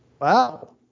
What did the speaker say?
Wow